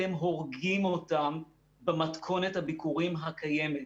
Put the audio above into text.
אתם הורגים אותם במתכונת הביקורים הקיימת,